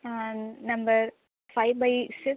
number five by six